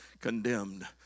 condemned